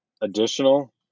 additional